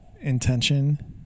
Intention